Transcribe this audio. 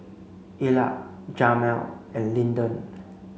Ila Jamel and Lyndon